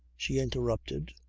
she interrupted.